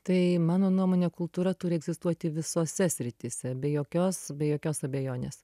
tai mano nuomone kultūra turi egzistuoti visose srityse be jokios be jokios abejonės